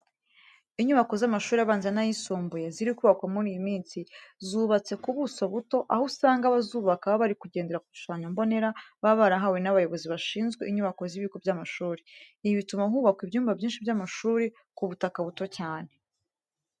Inyubako z'amashuri abanza n'ayisumbuye ziri kubakwa muri iyi minsi, zubatse ku buso buto, aho usanga abazubaka baba bari kugendera ku gishushanyo mbonera baba barahawe n'abayobozi bashinzwe inyubako z'ibigo by'amashuri. Ibi bituma hubakwa ibyumba byinshi by'amashuri ku butaka buto cyane.